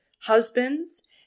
husbands